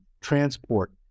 transport